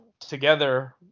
together